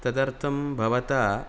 तदर्थं भवता